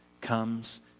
comes